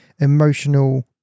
emotional